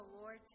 Lord